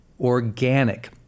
organic